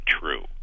true